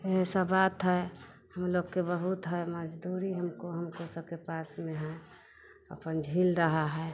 ऐसा बात है हम लोग के बहुत है मजदूरी हमको हमको सब के पास में है अपन झील रहा है